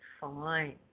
fine